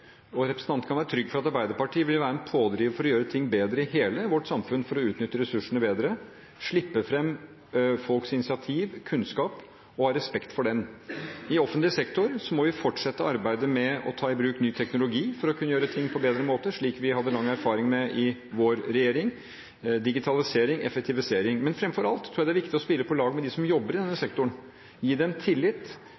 bedre. Representanten kan være trygg på at Arbeiderpartiet vil være en pådriver for å gjøre ting bedre i hele vårt samfunn for å utnytte ressursene bedre, slippe fram folks initiativ og kunnskap og ha respekt for det. I offentlig sektor må vi fortsette arbeidet med å ta i bruk ny teknologi for å kunne gjøre ting på en bedre måte, slik vi hadde lang erfaring med i vår regjering – digitalisering, effektivisering. Men framfor alt tror jeg det er viktig å spille på lag med dem som jobber i denne